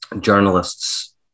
journalists